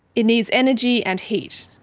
it needs energy and heat.